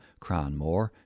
Cranmore